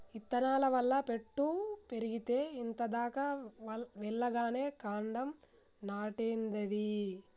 ఇత్తనాల వల్ల పెట్టు పెరిగేతే ఇంత దాకా వెల్లగానే కాండం నాటేదేంది